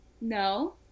No